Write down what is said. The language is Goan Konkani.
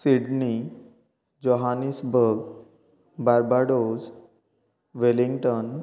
Sydney Johannesburg Barbados Wellington